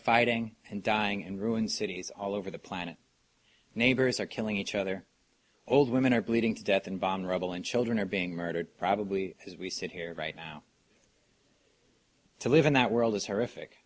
fighting and dying in ruin cities all over the planet neighbors are killing each other old women are bleeding to death in bomb rubble and children are being murdered probably as we sit here right now to live in that world is horrific